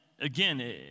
again